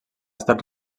estat